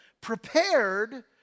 prepared